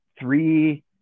three